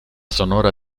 sonora